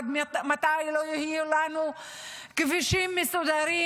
עד מתי לא יהיו לנו כבישים מסודרים?